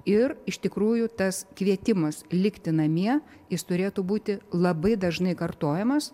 ir iš tikrųjų tas kvietimas likti namie jis turėtų būti labai dažnai kartojamas